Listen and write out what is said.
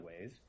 ways